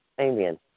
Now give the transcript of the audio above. Amen